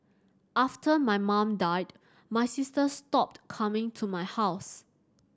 after my mum died my sister stopped coming to my house